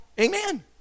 Amen